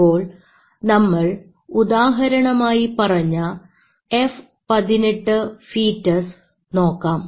അപ്പോൾ നമ്മൾ ഉദാഹരണമായി പറഞ്ഞ F 18 ഫീറ്റസ് നോക്കാം